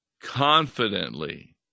confidently